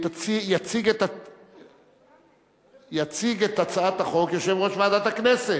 יציג את הצעת החוק יושב-ראש ועדת הכנסת.